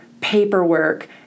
paperwork